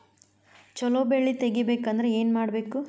ಛಲೋ ಬೆಳಿ ತೆಗೇಬೇಕ ಅಂದ್ರ ಏನು ಮಾಡ್ಬೇಕ್?